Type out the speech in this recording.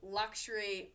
luxury